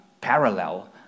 parallel